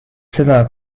seda